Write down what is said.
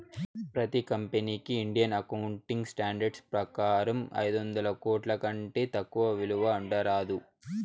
ప్రతి కంపెనీకి Indian accounting standards ప్రకారం ఐదొందల కోట్ల కంటే తక్కువ విలువ ఉండరాదు